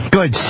Good